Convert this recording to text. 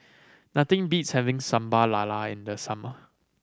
nothing beats having Sambal Lala in the summer